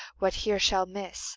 what here shall miss,